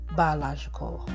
biological